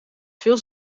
veel